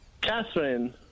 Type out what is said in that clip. Catherine